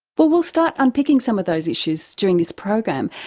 well, we'll start unpicking some of those issues during this program,